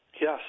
Yes